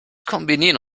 kombinieren